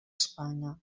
espanya